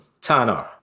Tanner